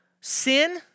sin